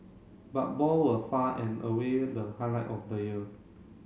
but ball were far and away the highlight of the year